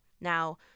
Now